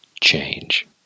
change